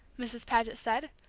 mrs. paget said,